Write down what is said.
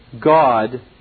God